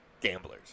gamblers